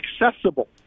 accessible